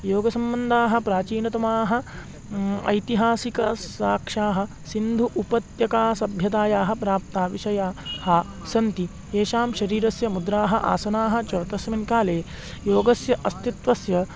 योगसम्बन्धाः प्राचीनतमाः ऐतिहासिकसाक्षाः सिन्धु उत्पत्यकायाः सभ्यतायाः प्राप्ताः विषयाः सन्ति येषां शरीरस्य मुद्राः आसनानि च तस्मिन् काले योगस्य अस्तित्वस्य